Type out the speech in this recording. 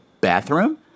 bathroom